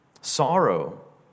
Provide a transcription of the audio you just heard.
sorrow